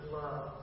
love